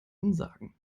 ansagen